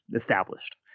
established